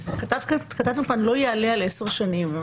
להבין, כתבנו כאן 'לא יעלה על עשר שנים'.